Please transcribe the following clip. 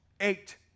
eight